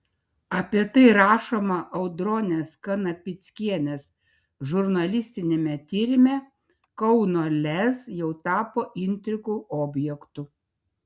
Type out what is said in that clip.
apie tai rašoma audronės kanapickienės žurnalistiniame tyrime kauno lez jau tapo intrigų objektu